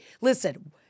listen